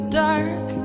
dark